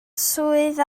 swydd